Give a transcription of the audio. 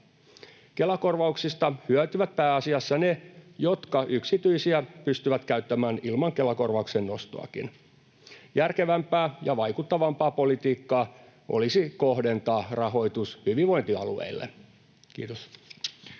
Kela-korvauksista hyötyvät pääasiassa ne, jotka yksityisiä pystyvät käyttämään ilman Kela-korvauksen nostoakin. Järkevämpää ja vaikuttavampaa politiikkaa olisi kohdentaa rahoitus hyvinvointialueille. — Kiitos.